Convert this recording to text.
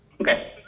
Okay